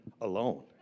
alone